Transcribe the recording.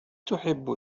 تحب